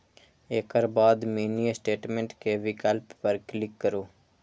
एकर बाद mini statement के विकल्प पर क्लिक करू